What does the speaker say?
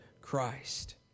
Christ